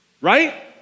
Right